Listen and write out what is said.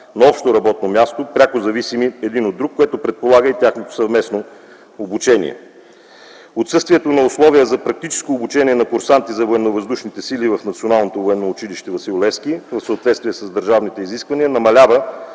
на общо работно място, пряко зависими един от друг, което предполага и тяхното съвместно обучение. Отсъствието на условия за практическо обучение на курсанти за военновъздушните сили в